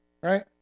Right